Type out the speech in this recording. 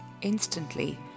Instantly